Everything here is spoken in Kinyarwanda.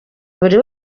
buri